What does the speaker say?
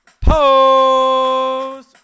Pose